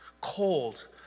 cold